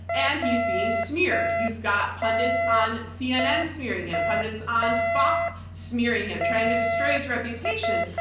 and he's being smeared. you've got pundits on cnn smearing him, pundits on fox smearing him, trying to destroy his reputation.